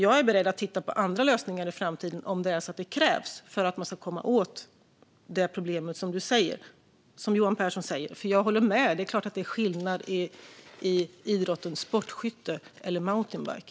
Jag är beredd att titta på andra lösningar i framtiden om det krävs för att man ska komma åt det problem som Johan Pehrson tar upp. Jag håller med om att det är skillnad på sportskytte och idrotten mountainbike.